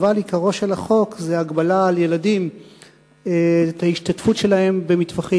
עיקרו של החוק זה הגבלה על ההשתתפות של ילדים במטווחים.